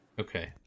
okay